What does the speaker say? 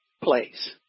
place